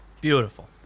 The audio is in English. Beautiful